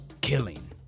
killing